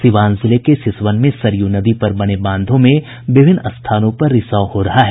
सीवान जिले के सिसवन में सरयू नदी पर बने बांधों में विभिन्न स्थानों पर रिसाव हो रहा है